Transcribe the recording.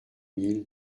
mille